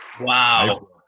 Wow